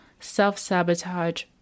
self-sabotage